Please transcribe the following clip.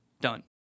done